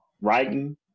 writing